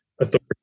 authority